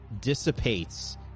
dissipates